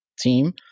team